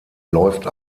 läuft